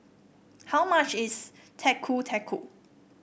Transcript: how much is Getuk Getuk